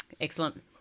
Excellent